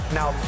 now